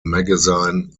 magazine